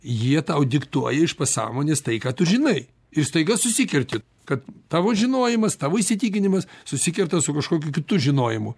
jie tau diktuoja iš pasąmonės tai ką tu žinai ir staiga susikerti kad tavo žinojimas tavo įsitikinimas susikerta su kažkokiu kitu žinojimu